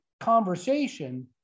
conversation